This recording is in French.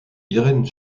irène